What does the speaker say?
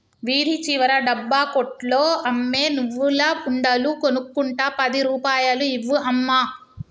వీధి చివర డబ్బా కొట్లో అమ్మే నువ్వుల ఉండలు కొనుక్కుంట పది రూపాయలు ఇవ్వు అమ్మా